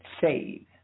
save